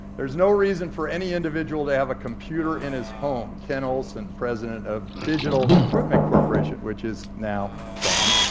there's no reason for any individual to have a computer in his home. ken olson, president of digital equipment corporation, which is now gone.